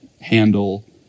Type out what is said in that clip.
handle